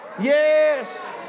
Yes